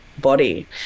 body